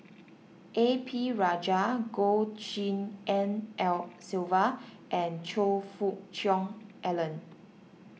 A P Rajah Goh Tshin En Sylvia and Choe Fook Cheong Alan